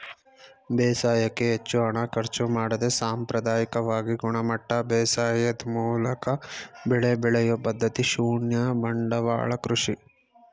ಬೇಸಾಯಕ್ಕೆ ಹೆಚ್ಚು ಹಣ ಖರ್ಚು ಮಾಡದೆ ಸಾಂಪ್ರದಾಯಿಕವಾಗಿ ಗುಣಮಟ್ಟ ಬೇಸಾಯದ್ ಮೂಲಕ ಬೆಳೆ ಬೆಳೆಯೊ ಪದ್ಧತಿ ಶೂನ್ಯ ಬಂಡವಾಳ ಕೃಷಿ